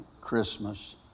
Christmas